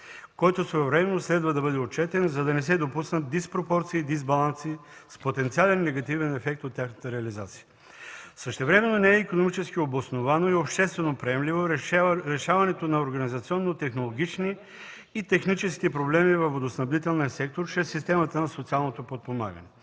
който своевременно следва да бъде отчетен, за да не се допуснат диспропорции и дисбаланси с потенциален негативен ефект от тяхната реализация. Същевременно не е икономически обосновано и обществено приемливо решаването на организационно-технологически и технически проблеми във водоснабдителния сектор чрез системата на социалното подпомагане.